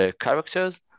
characters